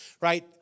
right